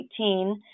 2018